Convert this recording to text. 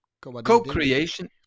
co-creation